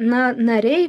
na nariai